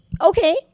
Okay